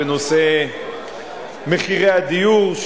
בנושא מחירי הדיור,